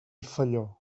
felló